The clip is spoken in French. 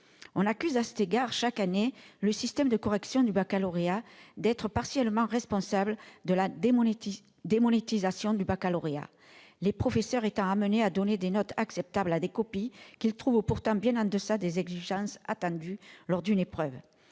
on accuse chaque année le système de correction du baccalauréat d'être partiellement responsable de la démonétisation de cet examen, les professeurs étant amenés à donner des notes acceptables à des copies qu'ils trouvent pourtant bien en deçà des exigences attendues. Il ne se